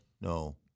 no